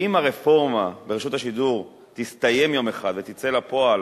אם הרפורמה ברשות השידור תסתיים יום אחד ותצא לפועל